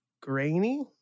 Grainy